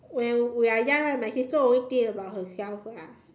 when we are young right my sister always think about herself lah